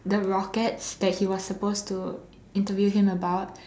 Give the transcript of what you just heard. the rockets that he was supposed to interview him about